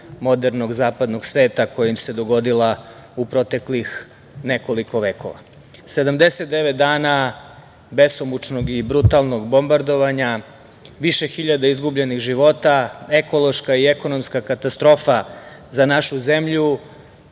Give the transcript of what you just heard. modernog zapadnog sveta koja im se dogodila u proteklih nekoliko vekova. Sedamdeset devet dana besomučnog i brutalnog bombardovanja, više hiljada izgubljenih života, ekološka i ekonomska katastrofa za našu zemlju,